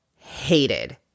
hated